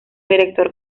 director